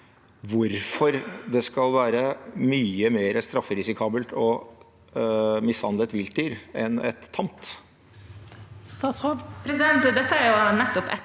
hvorfor det skal være mye mer strafferisikabelt å mishandle et vilt dyr enn et tamt